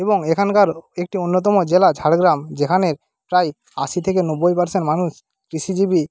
এবং এখানকার একটি অন্যতম জেলা ঝাড়গ্রাম যেখানে প্রায় আশি থেকে নব্বই পার্সেন্ট মানুষ কৃষিজীবী